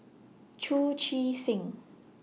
Chu Chee Seng